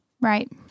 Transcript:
Right